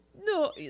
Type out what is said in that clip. no